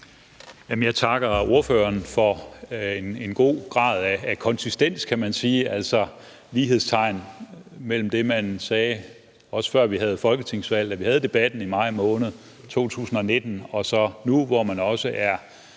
Jeg takker ordføreren for en – kan man sige – god grad af konsistens, altså at der kan sættes lighedstegn mellem det, som man sagde, før vi havde et folketingsvalg, da vi havde debatten i maj måned 2019, og så nu, hvor man også er